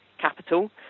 capital